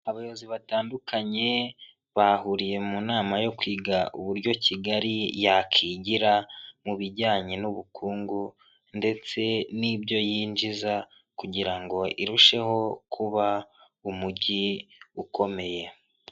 Abayobozi batandukanye bahuriye mu nama yo kwiga uburyo Kigali yakigira mu bijyanye n'ubukungu ndetse n'ibyo yinjiza kugirango irusheho kuba umujyi ukomeye.